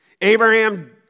Abraham